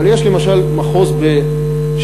אבל יש למשל מחוז בשנגחאי,